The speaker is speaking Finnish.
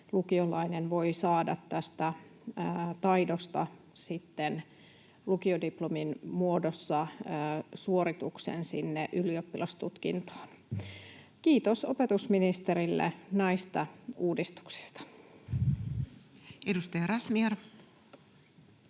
lukiolainen voi saada tästä taidosta sitten lukiodiplomin muodossa suorituksen sinne ylioppilastutkintoon. Kiitos opetusministerille näistä uudistuksista. [Speech